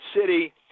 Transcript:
City